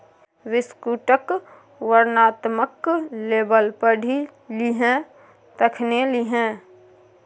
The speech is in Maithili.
बिस्कुटक वर्णनात्मक लेबल पढ़ि लिहें तखने लिहें